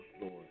Lord